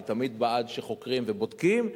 אני תמיד בעד חקירות ובדיקות,